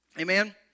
Amen